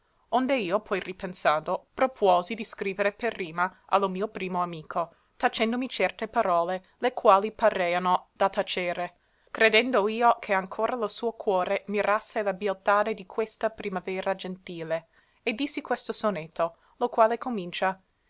onde io poi ripensando propuosi di scrivere per rima a lo mio primo amico tacendomi certe parole le quali pareano da tacere credendo io che ancora lo suo cuore mirasse la bieltade di questa primavera gentile e dissi questo sonetto lo quale comincia